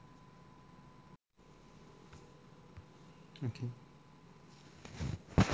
Z>